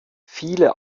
viele